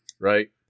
right